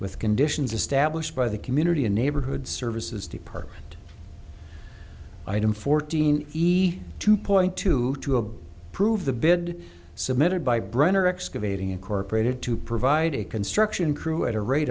with conditions established by the community a neighborhood services department item fourteen he two point two two a prove the bid submitted by brenner excavating incorporated to provide a construction crew at a rate